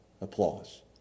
applause